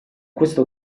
questo